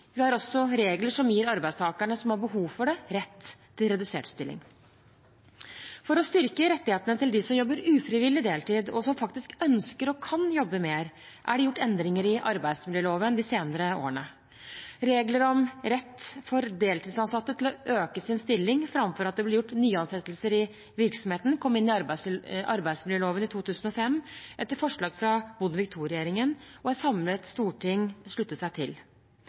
Vi har også regler som gir arbeidstakere som har behov for det, rett til redusert stilling. For å styrke rettighetene til dem som jobber ufrivillig deltid, og som faktisk ønsker og kan jobbe mer, er det gjort endringer i arbeidsmiljøloven de senere årene. Regler om rett for deltidsansatte til å øke sin stilling framfor at det blir gjort nyansettelser i virksomheten, kom inn i arbeidsmiljøloven i 2005 etter forslag fra Bondevik II-regjeringen, og et samlet storting sluttet seg til.